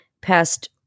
past